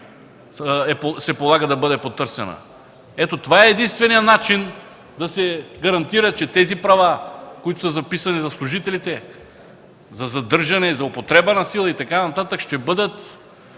се полага да бъде потърсена. Ето, това е единственият начин да се гарантира, че правата, които са записани за служителите – за задържане, за употреба на сила и така нататък, ще бъдат